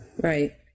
Right